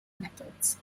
methods